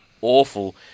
awful